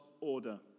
order